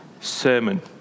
sermon